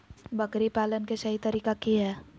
बकरी पालन के सही तरीका की हय?